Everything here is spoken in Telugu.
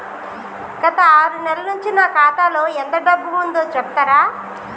గత ఆరు నెలల నుంచి నా ఖాతా లో ఎంత డబ్బు ఉందో చెప్తరా?